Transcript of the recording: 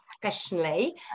professionally